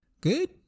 Good